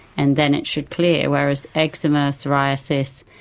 and then it should clear, whereas eczema, psoriasis,